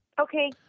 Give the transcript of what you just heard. Okay